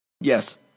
Yes